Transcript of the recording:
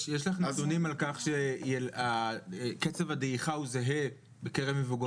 יש לך נתונים על כך שקצב הדעיכה הוא זהה בקרב מבוגרים?